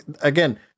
again